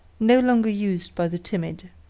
no longer used by the timid.